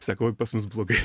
sako oi pas mus blogai